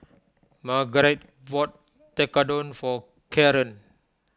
Margarite bought Tekkadon for Karren